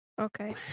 Okay